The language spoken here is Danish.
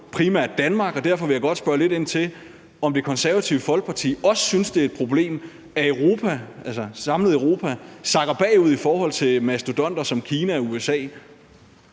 primært Danmark, og derfor vil jeg godt spørge lidt ind til, om Det Konservative Folkeparti også synes, det er et problem, at Europa, altså det samlede Europa, sakker bagud i forhold til mastodonter som Kina og USA.